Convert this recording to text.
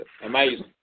amazing